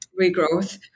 regrowth